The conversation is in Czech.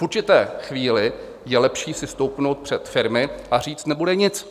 V určité chvíli je lepší si stoupnout před firmy a říct: Nebude nic.